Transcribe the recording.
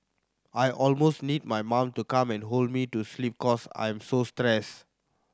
I almost need my mom to come and hold me to sleep cause I'm so stressed